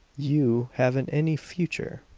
you haven't any future!